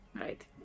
right